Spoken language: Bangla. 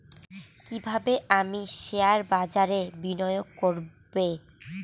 কিভাবে আমি শেয়ারবাজারে বিনিয়োগ করবে?